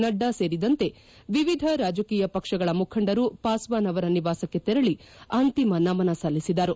ನಡ್ಸಾ ಸೇರಿದಂತೆ ವಿವಿಧ ರಾಜಕೀಯ ಪಕ್ಷಗಳ ಮುಖಂಡರು ಪಾಸ್ವಾನ್ ಅವರ ನಿವಾಸಕ್ಕೆ ತೆರಳಿ ಅಂತಿಮ ನಮನ ಸಲ್ಲಿಸಿದರು